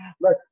Look